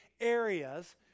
areas